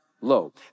low